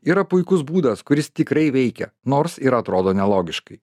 yra puikus būdas kuris tikrai veikia nors ir atrodo nelogiškai